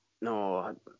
No